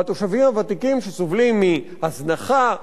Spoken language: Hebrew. והתושבים הוותיקים שסובלים מהזנחה,